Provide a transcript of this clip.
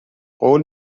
قول